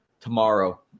tomorrow